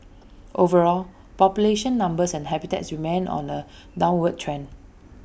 overall population numbers and habitats remain on A downward trend